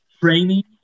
training